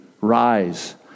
rise